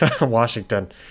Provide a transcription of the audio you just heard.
Washington